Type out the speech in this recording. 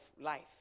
life